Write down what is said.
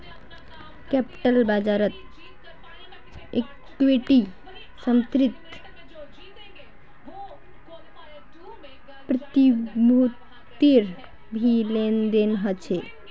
capital बाज़ारत equity समर्थित प्रतिभूतिर भी लेन देन ह छे